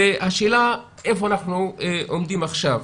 השאלה איפה אנחנו עומדים עכשיו.